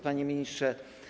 Panie Ministrze!